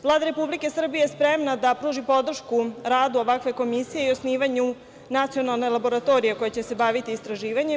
Vlada Republike Srbije je spremna da pruži podršku radu ovakve komisije i osnivanju nacionalne laboratorije koja će se baviti istraživanjem.